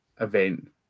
event